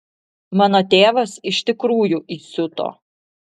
mano tėvas iš tikrųjų įsiuto